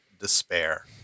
despair